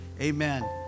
Amen